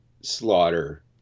Slaughter